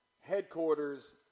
headquarters